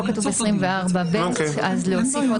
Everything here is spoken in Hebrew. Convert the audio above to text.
בעייתי.